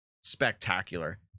spectacular